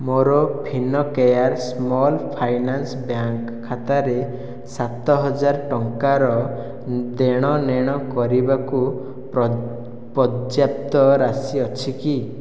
ମୋର Fincare small finance bank ଖାତାରେ ସାତହଜାର ଟଙ୍କାର ଦେଣନେଣ କରିବାକୁ ପର୍ଯ୍ୟାପ୍ତ ରାଶି ଅଛି କି